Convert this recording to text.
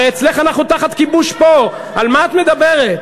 הרי אצלך אנחנו תחת כיבוש פה, על מה את מדברת?